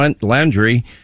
Landry